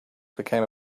became